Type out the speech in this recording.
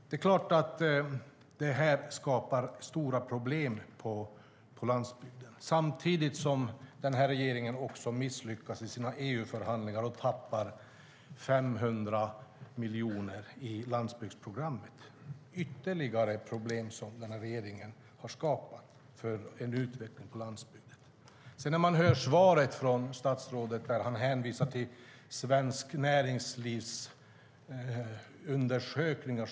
Det är klart att detta skapar stora problem på landsbygden samtidigt som den här regeringen också misslyckas i sina EU-förhandlingar och tappar 500 miljoner i landsbygdsprogrammet. Det är ett ytterligare problem som den här regeringen har skapat som motverkar en utveckling av landsbygden. I statsrådets svar hänvisar han till Svenskt Näringslivs undersökningar.